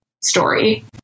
story